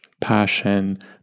passion